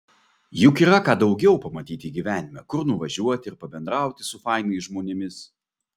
juk yra ką daugiau pamatyti gyvenime kur nuvažiuoti ir pabendrauti su fainais žmonėmis